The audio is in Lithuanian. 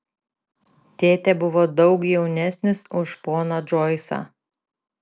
tėtė buvo daug jaunesnis už poną džoisą